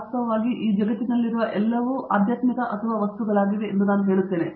ವಾಸ್ತವವಾಗಿ ಈ ಜಗತ್ತಿನಲ್ಲಿರುವ ಎಲ್ಲವೂ ಆಧ್ಯಾತ್ಮಿಕ ಅಥವಾ ವಸ್ತುಗಳಾಗಿವೆ ಎಂದು ನಾನು ಹೇಳುತ್ತೇನೆ